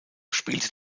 spielte